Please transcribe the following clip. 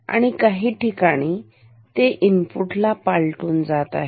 आणि काही ठिकाणी ते इनपुटला पालटून जात आहे